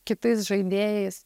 kitais žaidėjais